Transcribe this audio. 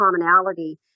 commonality